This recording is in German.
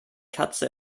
katze